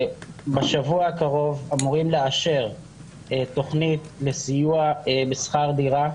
בשבוע הקרוב אמורים לאשר תוכנית לסיוע בשכר דירה,